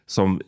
Som